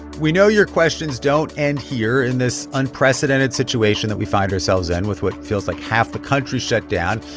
we know your questions don't end here in this unprecedented situation that we find ourselves in with what feels like half the country shut down.